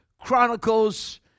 Chronicles